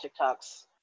TikToks